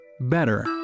better